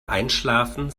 einschlafen